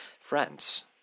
friends